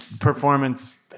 performance